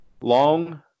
long